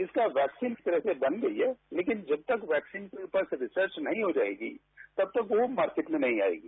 इसका वैक्सीन एक तरह से बन गई है लेकिन जब तक वैक्सीन के ऊपर रिसर्च नहीं हो जाएगी तब तक वो मार्केट में नहीं आएगी